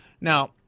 Now